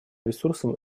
ресурсом